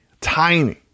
tiny